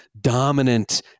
dominant